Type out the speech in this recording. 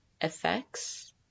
effects